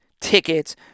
tickets